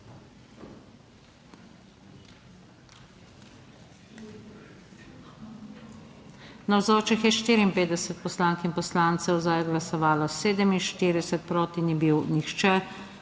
Navzočih je 55 poslank in poslancev, za je glasovalo 48, proti ni bil nihče.